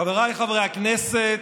חבריי חברי הכנסת,